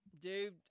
Dude